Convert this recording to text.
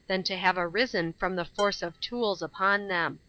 than to have arisen from the force of tools upon them.